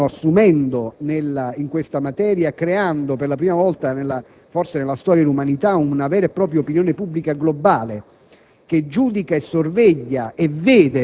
Aggiungerei anche il ruolo che i *media* stanno assumendo in questa materia, creando forse per la prima volta nella storia dell'umanità una vera e propria opinione pubblica globale,